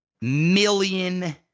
million